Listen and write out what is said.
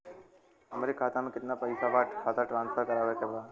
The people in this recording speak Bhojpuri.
हमारे खाता में कितना पैसा बा खाता ट्रांसफर करावे के बा?